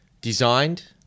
designed